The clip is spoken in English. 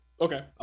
Okay